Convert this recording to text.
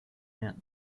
men